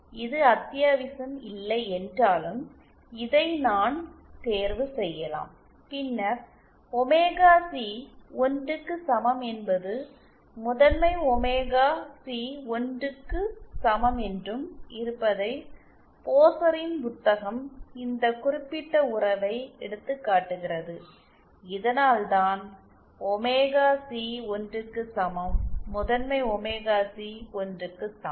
இது அத்தியாவசியம் இல்லை என்றாலும் இதை நான் தேர்வு செய்யலாம் பின்னர் ஒமேகா சி 1 க்கு சமம் என்பது முதன்மை ஒமேகா சி 1 க்கும் சமம் என்றும் இருப்பதை போஸரின் புத்தகம் இந்த குறிப்பிட்ட உறவை எடுத்துக் காட்டுகிறது இதனால்தான் ஒமேகா சி 1 க்கு சமம் முதன்மை ஒமேகா சி 1 க்கு சமம்